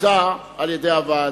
המוצע על-ידי הוועדה.